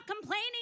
complaining